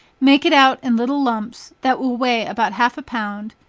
make it out in little lumps that will weigh about half a pound,